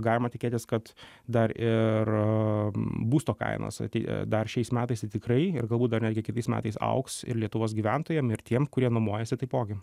galima tikėtis kad dar ir būsto kainos atei dar šiais metais tikrai ir galbūt dar net kitais metais augs ir lietuvos gyventojam ir tiems kurie nuomojasi taipogi